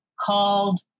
called